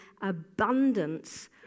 abundance